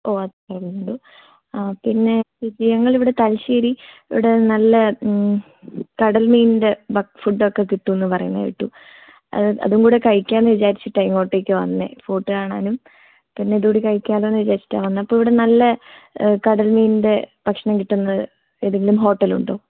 ഓ അത് ശരി ശരി ആ പിന്നെ ചേച്ചി ഞങ്ങൾ ഇവിടെ തലശ്ശേരി ഇവിടെ നല്ല കടൽ മീനിൻ്റെ ഫുഡ് ഒക്കെ കിട്ടുമെന്ന് പറയുന്നത് കേട്ടു ആ അതും കൂടെ കഴിക്കാമെന്ന് വിചാരിച്ചിട്ട് ആയിരുന്നു ഇങ്ങോട്ടേക്ക് വന്നത് ഫോർട്ട് കാണാനും പിന്നെ ഇതും കൂടെ കഴിക്കാലോ എന്ന് വിചാരിച്ചിട്ടാണ് വന്നത് അപ്പോൾ ഇവിടെ നല്ല കടൽ മീനിൻ്റെ ഭക്ഷണം കിട്ടുന്ന ഏതെങ്കിലും ഹോട്ടൽ ഉണ്ടോ